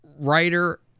Writer